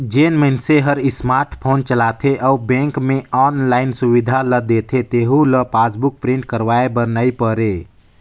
जेन मइनसे हर स्मार्ट फोन चलाथे अउ बेंक मे आनलाईन सुबिधा ल देथे तेहू ल पासबुक प्रिंट करवाये बर नई परे